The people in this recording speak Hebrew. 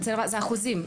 אלה אחוזים.